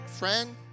Friend